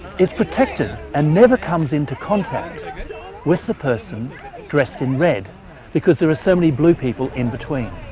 is protected and never comes into contact with the person dressed in red because there are so many blue people in between.